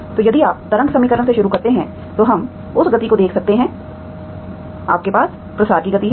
तो यदि आप तरंग समीकरण से शुरू करते हैं तो हम उस गति को देख सकते हैं आपके पास प्रसार की गति है